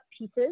pieces